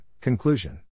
Conclusion